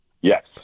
Yes